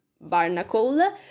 Barnacle